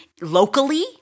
locally